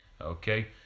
Okay